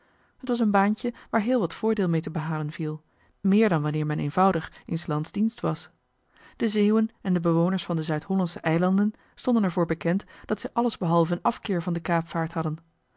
het was een baantje waar heel wat voordeel mee te behalen viel meer dan wanneer men eenvoudig in s lands dienst was de zeeuwen en de bewoners van de zuid-hollandsche eilanden stonden er voor bekend dat zij alles behalve een afkeer van de kaapvaart hadden